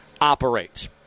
operates